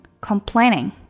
Complaining